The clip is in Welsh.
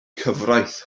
cyfraith